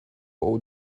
all